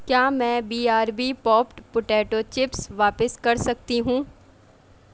کیا میں B R B papad potato chips واپس کر سکتی ہوں